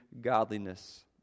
godliness